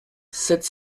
sept